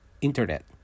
internet